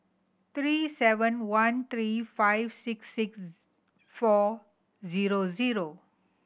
three seven one three five six six four zero zero